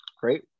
Great